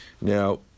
Now